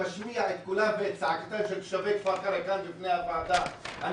כמשמיע את קולם ואת צעקתם של תושבי כפר קרע כאן בפני הוועדה הנכבדה,